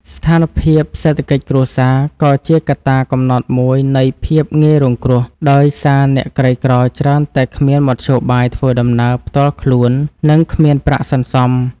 ស្ថានភាពសេដ្ឋកិច្ចគ្រួសារក៏ជាកត្តាកំណត់មួយនៃភាពងាយរងគ្រោះ ដោយសារអ្នកក្រីក្រច្រើនតែគ្មានមធ្យោបាយធ្វើដំណើរផ្ទាល់ខ្លួន និងគ្មានប្រាក់សន្សំ។